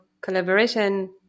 collaboration